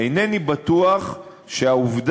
אינני בטוח שהעובדה